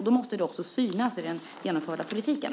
Då måste det också synas i den förda politiken.